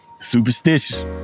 Superstitious